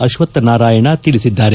ಅಶ್ವತ್ತನಾರಾಯಣ್ ತಿಳಿಸಿದ್ದಾರೆ